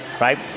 right